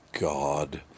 God